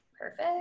Perfect